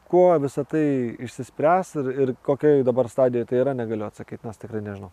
kuo visa tai išsispręs ir ir kokia dabar stadija tai yra negaliu atsakyt nes tikrai nežinau